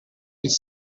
could